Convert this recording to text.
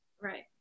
right